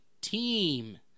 team